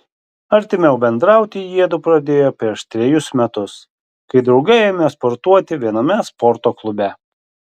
artimiau bendrauti jiedu pradėjo prieš trejus metus kai drauge ėmė sportuoti viename sporto klube